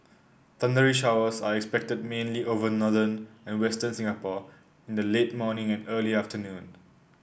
thundery showers are expected mainly over northern and western Singapore in the late morning and early afternoon